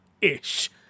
ish